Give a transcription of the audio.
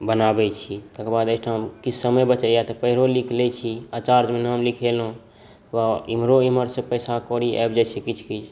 बनाबै छी तकरबाद एहिठाम किछु समय बचैया तऽ पैढ़ो लीख लै छी आचार्य मे नाम लिखेलहुॅं तकरबाद इमहरो इमहर सॅं पैसा कौरी आबि जाइ छै किछु किछु